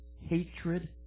hatred